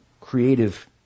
creative